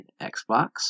Xbox